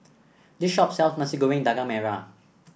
this shop sells Nasi Goreng Daging Merah